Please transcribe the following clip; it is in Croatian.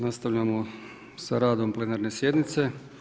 Nastavljamo sa radom plenarne sjednice.